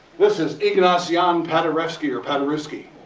this is ignacy um paderevski or paderewski.